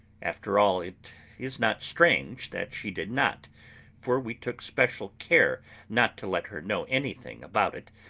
after all, it is not strange that she did not for we took special care not to let her know anything about it,